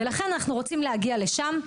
ולכן אנחנו רוצים להגיע לשם.